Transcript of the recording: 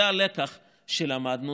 זה הלקח שלמדנו.